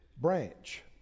branch